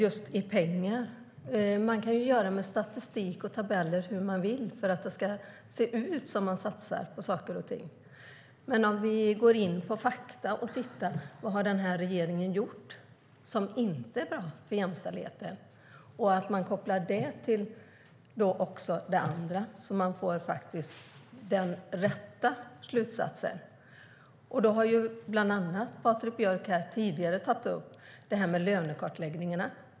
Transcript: Man kan göra hur man vill med statistik och tabeller för att det ska se ut som att man satsar på saker och ting, men låt oss titta på fakta om vad regeringen har gjort som inte är bra för jämställdheten och koppla ihop med annat så att vi kan dra riktiga slutsatser. Patrik Björck har tidigare tagit upp frågan om lönekartläggningarna.